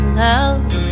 love